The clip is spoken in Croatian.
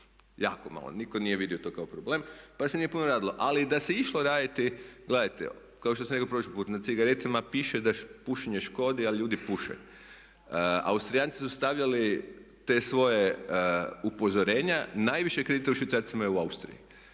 jako malo. Nitko nije vidio to kao problem, pa se nije puno radilo. Ali da se išlo raditi, gledajte kao što sam rekao prošli puta. Na cigaretama piše da pušenje škodi, a ljudi puše. Austrijanci su stavljali te svoje upozorenja. Najviše kredite u švicarcima je u Austriji.